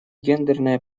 гендерная